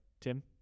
Tim